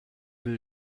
will